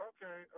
Okay